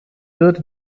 wird